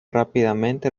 rápidamente